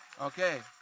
Okay